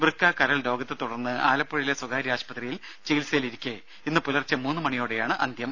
വൃക്ക കരൾ രോഗത്തെ തുടർന്ന് ആലപ്പുഴയിലെ സ്വകാര്യ ആശുപത്രിയിൽ ചികിത്സയിലിരിക്കെ ഇന്ന് പുലർച്ചെ മൂന്ന് മണിയോടെയാണ് അന്ത്യം